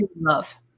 love